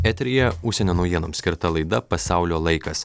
eteryje užsienio naujienoms skirta laida pasaulio laikas